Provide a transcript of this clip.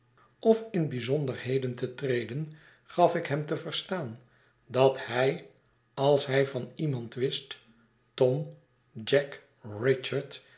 of in bijzonderheden te treden gaf ik hem te verstaan dat hij als hij van iemand wist tom jack